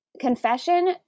confession